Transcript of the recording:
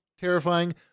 terrifying